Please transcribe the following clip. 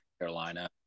Carolina